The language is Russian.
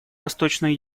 восточной